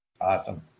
Awesome